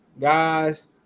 guys